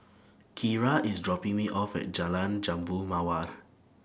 Kira IS dropping Me off At Jalan Jambu Mawar